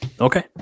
Okay